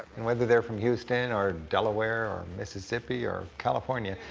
and whether they're from houston or delaware or mississippi or california,